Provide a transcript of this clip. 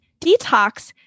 detox